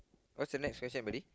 what's the next question buddy